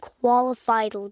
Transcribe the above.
qualified